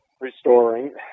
restoring